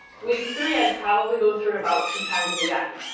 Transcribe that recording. week three i'd probably go through it about two times again.